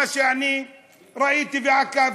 מה שאני ראיתי ועקבתי.